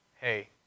hey